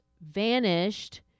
Vanished